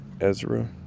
Ezra